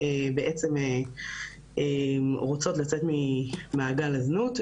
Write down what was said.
שרוצות לצאת ממעגל הזנות,